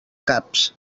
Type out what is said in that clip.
caps